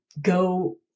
go